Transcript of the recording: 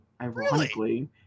ironically